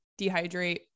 dehydrate